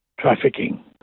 trafficking